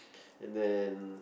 and then